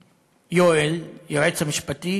יואל, היועץ המשפטי: